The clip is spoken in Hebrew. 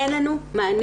אין לנו מענים.